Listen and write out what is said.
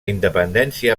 independència